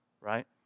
right